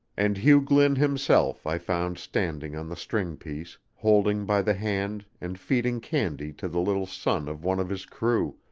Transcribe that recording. and hugh glynn himself i found standing on the string-piece, holding by the hand and feeding candy to the little son of one of his crew,